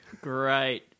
Great